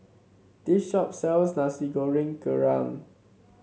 this shop sells Nasi Goreng Kerang